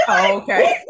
okay